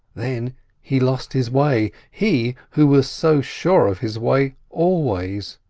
then he lost his way he who was so sure of his way always!